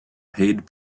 paid